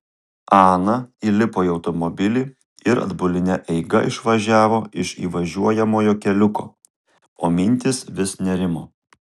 ana įlipo į automobilį ir atbuline eiga išvažiavo iš įvažiuojamojo keliuko o mintys vis nerimo